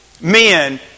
men